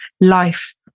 life